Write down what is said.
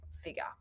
figure